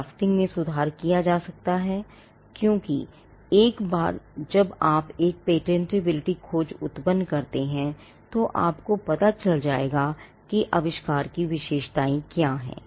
drafting में सुधार किया जा सकता है क्योंकि एक बार जब आप एक पेटेंटबिलिटी खोज उत्पन्न करते हैं तो आपको पता चल जाएगा कि आविष्कार की विशेषताएं क्या हैं